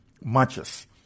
matches